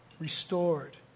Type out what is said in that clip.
restored